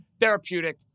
therapeutic